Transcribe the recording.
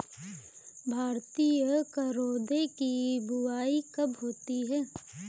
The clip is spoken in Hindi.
भारतीय करौदे की बुवाई कब होती है?